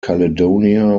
caledonia